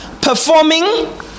performing